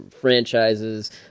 franchises